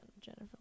Jennifer